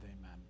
amen